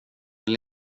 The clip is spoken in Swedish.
vill